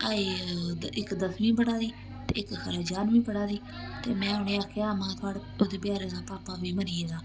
अजें इक दसमीं पढ़ा दी ते इक खरै ञाह्रमीं पढ़ा दी ते में उ'नें आखेआ महां थुआढ़े ओह्दे बेचारे दा पापा बी मरी गेदा